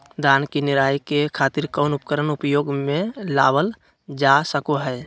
धान के निराई के खातिर कौन उपकरण उपयोग मे लावल जा सको हय?